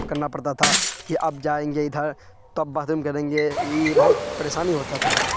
کرنا پڑتا تھا کہ اب جائیں گے ادھر تب باتھ روم کریں گے یہ یہ یہ بہت پریشانی ہوتا تھا